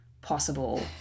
possible